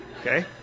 Okay